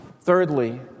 Thirdly